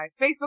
Facebook